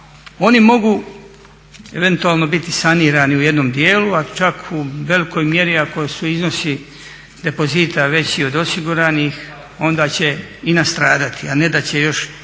Oni mogu eventualno biti sanirani u jednom dijelu, a čak u velikoj mjeri ako su iznosi depozita veći od osiguranih onda će i nastradati, a ne da će još